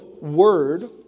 word